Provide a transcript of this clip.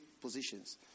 positions